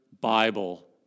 Bible